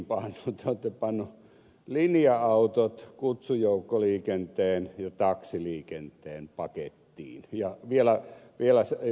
te olette panneet linja autot kutsujoukkoliikenteen ja taksiliikenteen pakettiin ja vielä säätäneet rajat kutsujoukkoliikenteelle